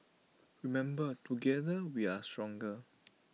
remember together we are stronger